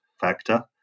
factor